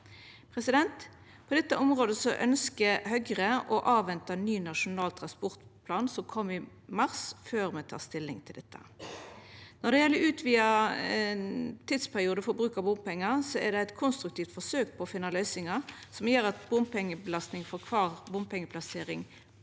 ny NTP. På dette området ønskjer Hø gre å avventa ny nasjonal transportplan, som kjem i mars, før me tek stilling til dette. Når det gjeld utvida tidsperiode for bruk av bompengar, er det eit konstruktivt forsøk på å finne løysingar som gjer at bompengebelastninga for kvar bompengeplassering kan